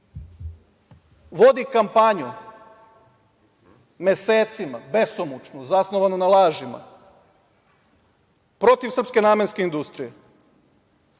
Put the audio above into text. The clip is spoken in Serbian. vodi kampanju mesecima, besomučnu, zasnovanu na lažima, protiv srpske namenske industrije